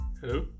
Hello